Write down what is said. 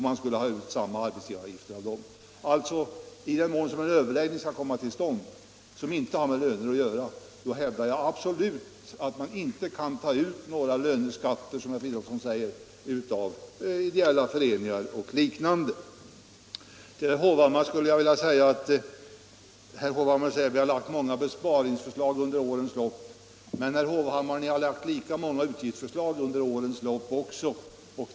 I den mån — detta hävdar jag alltså bestämt — det kommer till stånd en övervältring av skatter på arbetsgivaravgifter som inte har med lönehöjningar att göra, kan man inte ta ut några löneskatter, som herr Fridolfsson kallar dem, av ideella föreningar och liknande. Herr Hovhammar säger att moderaterna under årens lopp framlagt många besparingsförslag. Men, herr Hovhammar, ni har under årens lopp kommit med lika många utgiftsförslag.